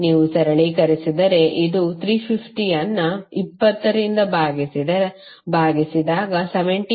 ನೀವು ಸರಳೀಕರಿಸಿದರೆ ಇದು 350 ಅನ್ನು 20 ರಿಂದ ಭಾಗಿಸಿದಾಗ 17